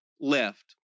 left